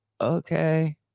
okay